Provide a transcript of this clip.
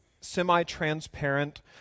semi-transparent